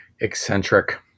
eccentric